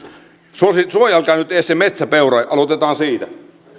suojelkaa nyt edes se metsäpeura aloitetaan siitä